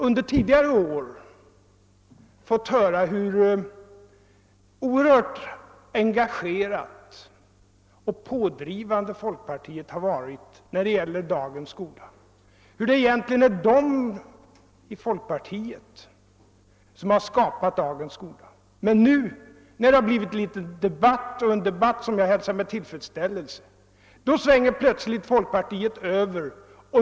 Under tidigare år har man fått höra hur oerhört engagerat och pådrivande folkpartiet har varit på det här området och hur det egentligen är folkpartiet som har skapat dagens skola, men nu, när det har blivit litet debatt — en debatt som jag hälsar med tillfredsställelse — svänger plötsligt folkpartiet över.